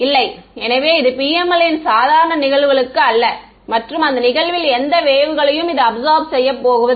இல்லை எனவே இது PML ன் சாதாரண நிகழ்வுகளுக்கு அல்ல மற்றும் அந்த நிகழ்வில் எந்த வேவ்களையும் இது அப்சார்ப் செய்ய போகிறது